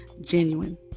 Genuine